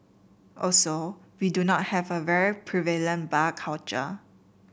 also we do not have a very prevalent bar culture